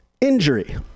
Injury